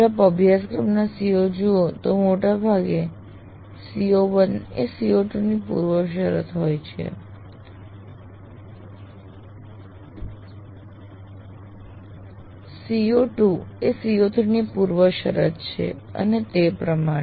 જો આપ અભ્યાસક્રમના CO જુઓ તો મોટા ભાગે CO1 એ CO2 ની પૂર્વશરત હોય છે CO2 એ CO3 ની પૂર્વશરત છે અને તે પ્રમાણે